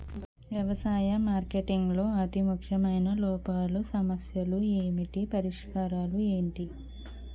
వ్యవసాయ మార్కెటింగ్ లో అతి ముఖ్యమైన లోపాలు సమస్యలు ఏమిటి పరిష్కారాలు ఏంటి?